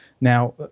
Now